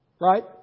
Right